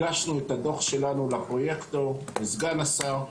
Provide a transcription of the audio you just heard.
הגשנו את הדוח שלנו לפרויקטור, לסגן השר.